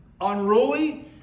unruly